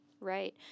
Right